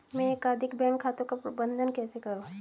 मैं एकाधिक बैंक खातों का प्रबंधन कैसे करूँ?